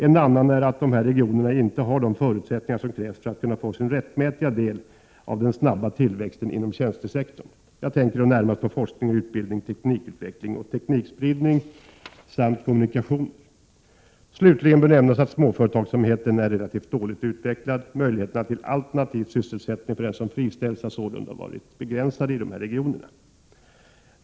En annan är att dessa regioner inte har de förutsättningar som krävs för att kunna få sin rättmätiga del av den snabba tillväxten inom tjänstesektorn. Jag tänker då närmast på forskning och utbildning, teknikutveckling och teknikspridning samt kommunikationer. Slutligen bör nämnas att småföretagsamheten är relativt dåligt utvecklad. Möjligheterna till en alternativ sysselsättning för dem som friställts har sålunda varit begränsade i dessa regioner.